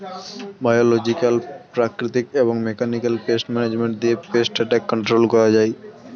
biological, প্রাকৃতিক এবং mechanical pest management দিয়ে পেস্ট অ্যাটাক কন্ট্রোল করা হয়